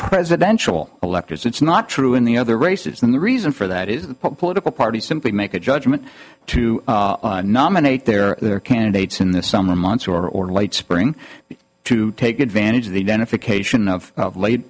presidential electors it's not true in the other races and the reason for that is the political parties simply make a judgment to nominate their their candidates in the summer months or late spring to take advantage of the benefit cation of late